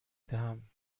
دهم